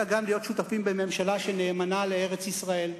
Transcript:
אלא גם להיות שותפים בממשלה שנאמנה לארץ-ישראל,